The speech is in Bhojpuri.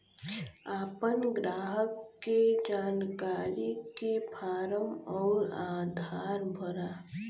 आपन ग्राहक के जानकारी के फारम अउर आधार भरा